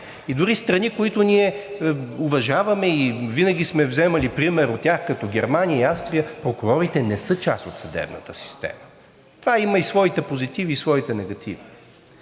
И дори в страни, които ние уважаваме и винаги сме вземали пример от тях като Германия и Австрия, прокурорите не са част от съдебната система. Това има и своите позитиви, и своите негативи.